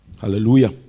hallelujah